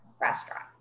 restaurant